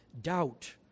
doubt